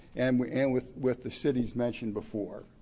and with and with with the cities mentioned before.